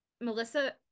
Melissa